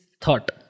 thought